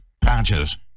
patches